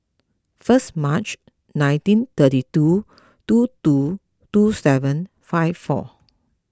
first Mar nineteen thirty two two two two seven five four